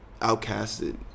outcasted